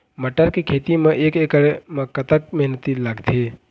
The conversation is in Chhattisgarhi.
मटर के खेती म एक एकड़ म कतक मेहनती लागथे?